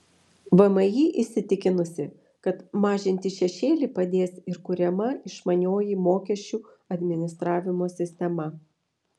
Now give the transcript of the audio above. vmi įsitikinusi kad mažinti šešėlį padės ir kuriama išmanioji mokesčių administravimo sistema